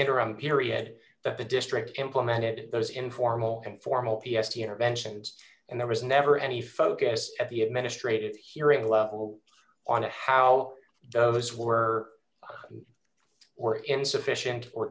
interim period that the district implemented those informal and formal p s t interventions and there was never any focus at the administrative d hearing level on how those were or insufficient or